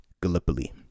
Gallipoli